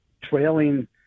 trailing